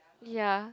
ya